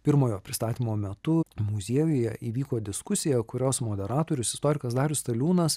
pirmojo pristatymo metu muziejuje įvyko diskusija kurios moderatorius istorikas darius staliūnas